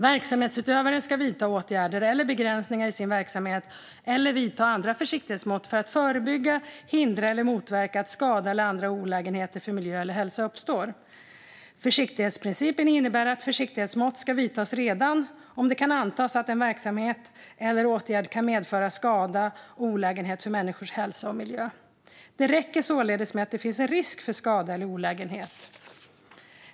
Verksamhetsutövaren ska vidta åtgärder eller begränsningar i sin verksamhet eller vidta andra försiktighetsmått för att förebygga, hindra eller motverka att skada eller andra olägenheter för miljö eller hälsa uppstår. Försiktighetsprincipen innebär att försiktighetsmått ska vidtas redan om det kan antas att en verksamhet eller åtgärd kan medföra skada och olägenheter för människors hälsa och miljö. Det räcker således att det finns en risk för skada eller olägenhet.